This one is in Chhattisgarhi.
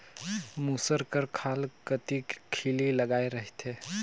मूसर कर खाल कती खीली लगाए रहथे